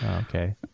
Okay